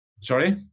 Sorry